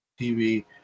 TV